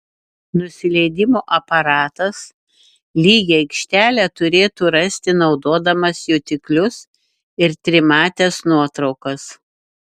nusileidimo aparatas lygią aikštelę turėtų rasti naudodamas jutiklius ir trimates nuotraukas